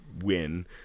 win